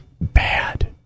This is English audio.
bad